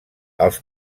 els